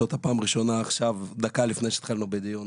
אותה פעם ראשונה דקה לפני שהתחלנו בדיון.